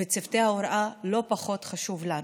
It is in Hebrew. וצוותי ההוראה לא פחות חשובים לנו.